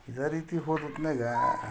ಇದೆ ರೀತಿ ಹೋದ ಹೊತ್ನಾಗೆ